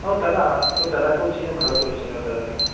না ওর দাদা ওর দাদাকে ও চেনে ভালো করে চেনে ওর দাদাকে